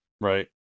Right